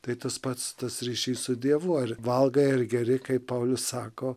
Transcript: tai tas pats tas ryšys su dievu ar valgai ar geri kaip paulius sako